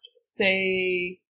say